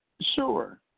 Sure